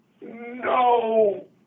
No